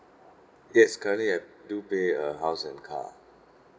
yes currently I do pay uh house and car